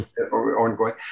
ongoing